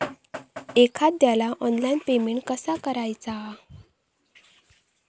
एखाद्याला online payment कसा करायचा?